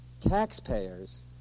taxpayers